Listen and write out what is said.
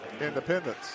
Independence